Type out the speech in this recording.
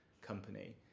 company